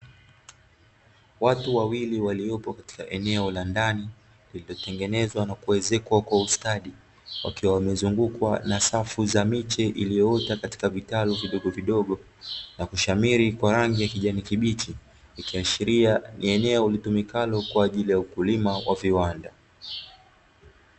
Watu wawili waliopo katika eneo la ndani lililotengenezwa na kuezekwa kwa ustadi, wakiwa wamezungukwa na safu za miche iliyoota katika vitalu vidogovidogo, na kushamiri kwa rangi ya kijani kibichi, ikiashiria ni eneo litumikalo kwa ajili ya ukulima wa viwanda.